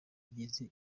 igeze